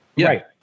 Right